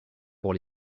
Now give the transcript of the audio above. pour